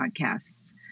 podcasts